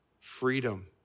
freedom